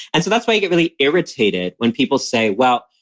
and so that's why i get really irritated when people say, well,